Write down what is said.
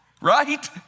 right